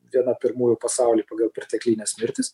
viena pirmųjų pasauly pagal perteklines mirtis